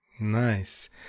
Nice